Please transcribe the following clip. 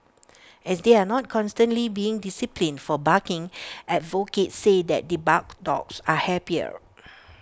as they are not constantly being disciplined for barking advocates say that debarked dogs are happier